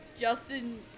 Justin